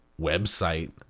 website